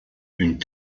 une